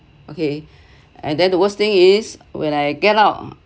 okay and then the worst thing is when I get out